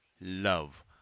love